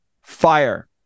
fire